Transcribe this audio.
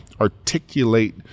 articulate